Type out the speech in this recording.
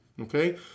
okay